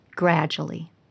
gradually